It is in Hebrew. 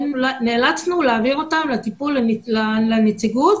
נאלצנו להעביר אותם לנציגות.